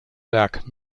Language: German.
werk